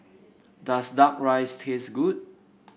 does duck rice taste good